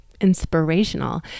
inspirational